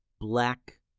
black